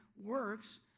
works